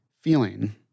feeling